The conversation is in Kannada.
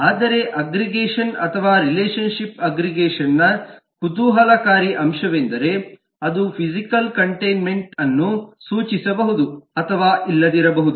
ಆದರೆ ಅಗ್ಗ್ರಿಗೇಷನ್ ಅಥವಾ ರಿಲೇಶನ್ ಶಿಪ್ಸ್ ಅಗ್ಗ್ರಿಗೇಷನ್ನ ಕುತೂಹಲಕಾರಿ ಅಂಶವೆಂದರೆ ಅದು ಫಿಸಿಕಲ್ ಕಂಟೈನ್ಮೆಂಟ್ ಅನ್ನು ಸೂಚಿಸಬಹುದು ಅಥವಾ ಇಲ್ಲದಿರಬಹುದು